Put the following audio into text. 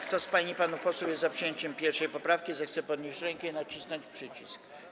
Kto z pań i panów posłów jest za przyjęciem 1. poprawki, zechce podnieść rękę i nacisnąć przycisk.